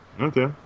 Okay